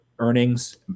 earnings